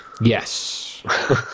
Yes